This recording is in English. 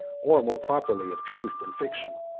or, more properly, of truth and fiction.